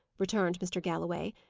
returned mr. galloway,